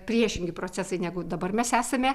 priešingi procesai negu dabar mes esame